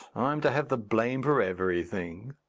i'm to have the blame for everything.